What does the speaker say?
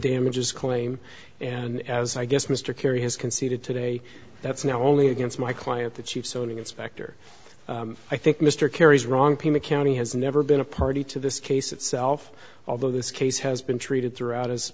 damages claim and as i guess mr kerry has conceded today that's not only against my client the chiefs owning inspector i think mr kerry's wrong pima county has never been a party to this case itself although this case has been treated throughout